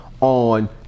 on